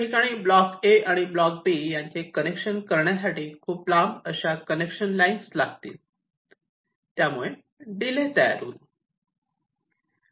या ठिकाणी block A आणि ब्लॉक B यांचे कनेक्शन करण्यासाठी खूप लांब अशा कनेक्शन लाईन्स ते लागतील त्या मुळे डीले तयार होईल